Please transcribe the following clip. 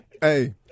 Hey